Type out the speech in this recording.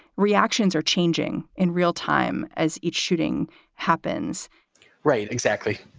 reactions are changing in real time as each shooting happens right. exactly.